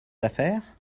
affaires